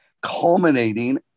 culminating